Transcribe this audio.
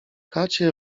chacie